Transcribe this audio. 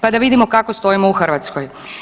Pa da vidimo kako stojimo u Hrvatskoj.